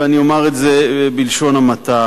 ואני אומר את זה בלשון המעטה,